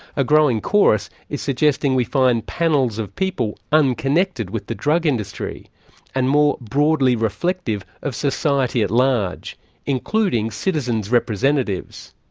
a growing chorus is suggesting we find panels of people unconnected with the drug industry and more broadly reflective of society at large including citizen's representatives.